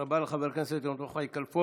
תודה רבה לחבר הכנסת יום טוב חי כלפון.